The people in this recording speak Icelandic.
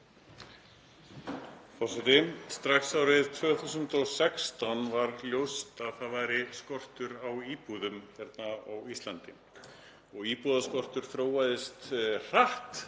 Forseti. Strax árið 2016 var ljóst að það væri skortur á íbúðum á Íslandi. Íbúðaskortur þróaðist hratt